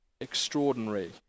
extraordinary